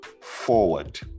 forward